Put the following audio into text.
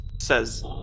says